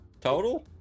total